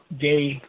gay